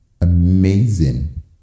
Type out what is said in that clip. amazing